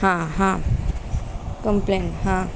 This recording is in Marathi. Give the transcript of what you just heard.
हां हां कम्प्लेन हां